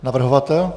Navrhovatel?